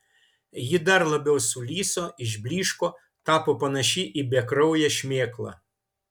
ji dar labiau sulyso išblyško tapo panaši į bekrauję šmėklą